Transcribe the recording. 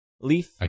leaf